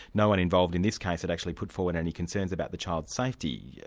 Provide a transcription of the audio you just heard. no-one involved in this case had actually put forward any concerns about the child's safety. yeah